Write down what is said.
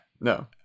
no